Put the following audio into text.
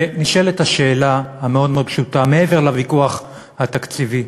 נשאלת שאלה מאוד פשוטה, מעבר לוויכוח התקציבי: